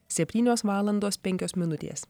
septynios valandos penkios minutės